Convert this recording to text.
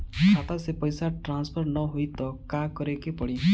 खाता से पैसा ट्रासर्फर न होई त का करे के पड़ी?